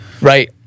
Right